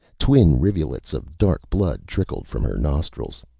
twin rivulets of dark blood trickled from her nostrils.